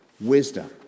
wisdom